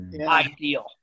ideal